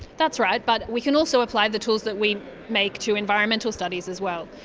that's right, but we can also apply the tools that we make to environmental studies as well,